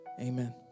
Amen